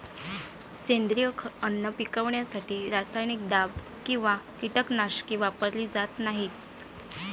सेंद्रिय अन्न पिकवण्यासाठी रासायनिक दाब किंवा कीटकनाशके वापरली जात नाहीत